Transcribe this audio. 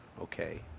Okay